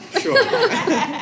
Sure